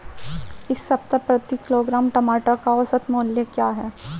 इस सप्ताह प्रति किलोग्राम टमाटर का औसत मूल्य क्या है?